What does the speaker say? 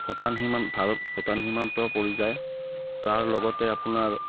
ভূটান সীমান্ত ভাৰত ভূটান সীমান্ত পৰি যায় তাৰ লগতে আপোনাৰ